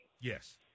Yes